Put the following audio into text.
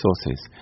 sources